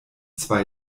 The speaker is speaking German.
zwei